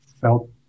felt